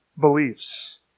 beliefs